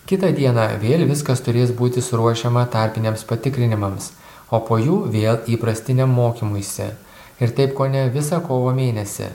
kitą dieną vėl viskas turės būti suruošiama tarpiniams patikrinimams o po jų vėl įprastiniam mokymuisi ir taip kone visą kovo mėnesį